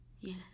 Yes